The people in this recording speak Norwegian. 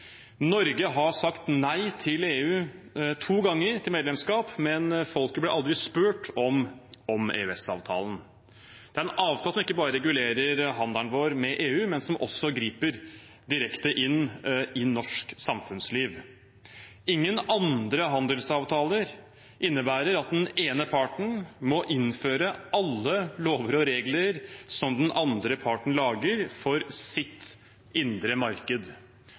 Norge har sagt nei til medlemskap i EU to ganger, men folket ble aldri spurt om EØS-avtalen. Det er en avtale som ikke bare regulerer handelen vår med EU, men som også griper direkte inn i norsk samfunnsliv. Ingen andre handelsavtaler innebærer at den ene parten må innføre alle lover og regler som den andre parten lager for sitt indre marked.